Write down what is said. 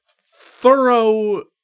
thorough